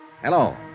Hello